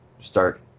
start